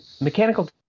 mechanical